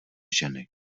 ženy